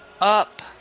up